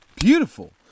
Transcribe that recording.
beautiful